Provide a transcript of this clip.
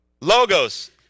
Logos